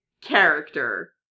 character